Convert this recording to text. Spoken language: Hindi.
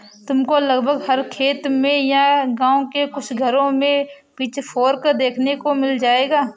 तुमको लगभग हर खेत में या गाँव के कुछ घरों में पिचफोर्क देखने को मिल जाएगा